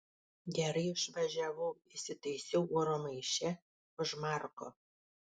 gerai išvažiavau įsitaisiau oro maiše už marko